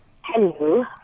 Hello